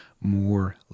more